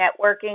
networking